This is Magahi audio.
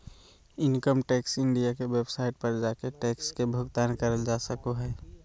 इनकम टैक्स इंडिया के वेबसाइट पर जाके टैक्स के भुगतान करल जा सको हय